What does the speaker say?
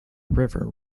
river